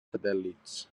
satèl·lits